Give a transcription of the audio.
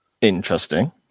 Interesting